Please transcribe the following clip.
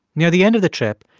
near the end of the trip,